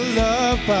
love